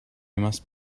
must